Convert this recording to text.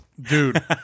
Dude